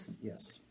Yes